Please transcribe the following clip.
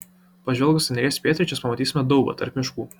pažvelgus į neries pietryčius pamatysime daubą tarp miškų